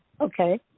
Okay